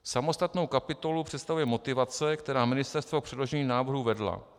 Samostatnou kapitolu představuje motivace, která ministerstvo k předložení návrhu vedla.